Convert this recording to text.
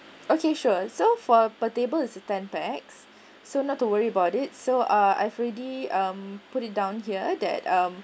okay sure so for per table is ten pax so not to worry about it so uh I've already um put it down here that um